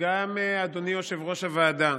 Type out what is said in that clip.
וגם אדוני יושב-ראש הוועדה,